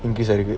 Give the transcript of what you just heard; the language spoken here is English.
in this